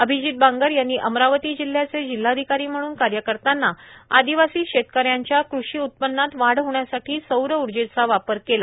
अभिजित बांगर यांनी अमरावती जिल्ह्याचे जिल्हाधिकारी म्हणून कार्य करतांना त्यांनी आदिवासी शेतकऱ्यांच्या कृषी उत्पानात वाढ होण्यासाठी सौर ऊर्जेचा वापर केला